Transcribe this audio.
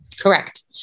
Correct